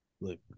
look